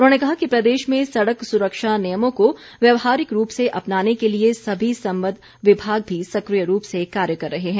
उन्होंने कहा कि प्रदेश में सड़क सुरक्षा नियमों को व्यावहारिक रूप से अपनाने के लिए सभी संबद्ध विभाग भी सक्रिय रूप से कार्य कर रहे हैं